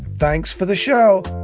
thanks for the show